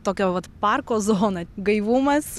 tokio vat parko zona gaivumas